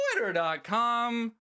twitter.com